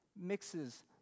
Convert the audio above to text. mixes